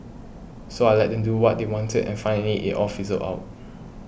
so I let them do what they wanted and finally it all fizzled out